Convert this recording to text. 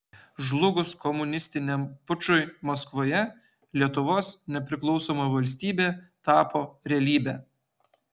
žlugus komunistiniam pučui maskvoje lietuvos nepriklausoma valstybė tapo realybe